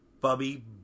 Bubby